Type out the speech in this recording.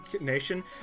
nation